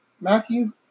Matthew